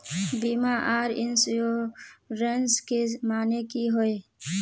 बीमा आर इंश्योरेंस के माने की होय?